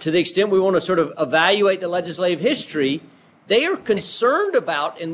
to the extent we want to sort of evaluating legislative history they are concerned about in